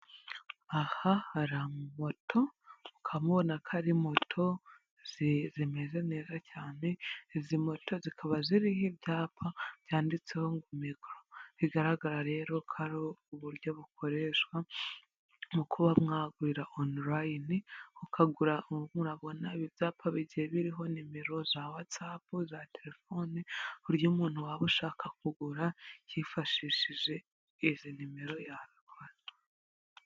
Aha hari amamoto ukaba ubona ko ari moto zimeze neza cyane, izi moto zikaba ziriho ibyapa byanditseho ngo mikoro bigaragara rero ko ari uburyo bukoreshwa mu kuba mwagurira online ukagura, urimo urabona ibi byapa bigiye biriho nimero za whatsapp, za telefone ku buryo umuntu waba ushaka kugura yifashishije izi nimero yagura.